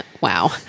Wow